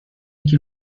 یکی